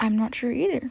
I'm not sure either